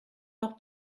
noch